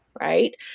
right